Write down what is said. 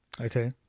Okay